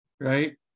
Right